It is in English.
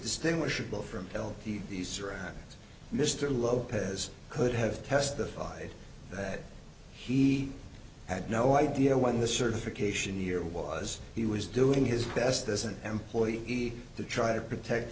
distinguishable from the mr lopez could have testified that he had no idea when the certification the year was he was doing his best as an employee to try to protect